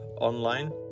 online